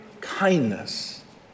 kindness